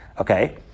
Okay